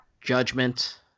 Judgment